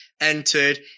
entered